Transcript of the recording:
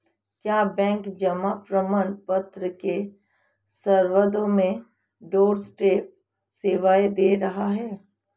क्या बैंक जमा प्रमाण पत्र के संबंध में डोरस्टेप सेवाएं दे रहा है?